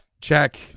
check